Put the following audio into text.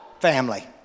family